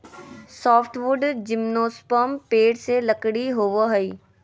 softwood gymnosperm पेड़ से लकड़ी होबो हइ